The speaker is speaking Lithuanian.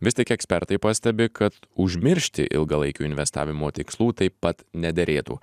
vis tik ekspertai pastebi kad užmiršti ilgalaikių investavimo tikslų taip pat nederėtų